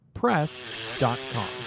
press.com